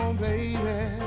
Baby